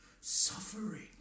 suffering